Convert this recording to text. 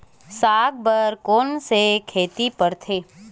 साग बर कोन से खेती परथे?